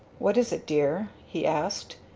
what is it, dear? he asked.